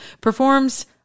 performs